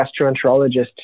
gastroenterologist